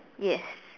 yes